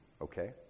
okay